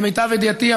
למיטב ידיעתי,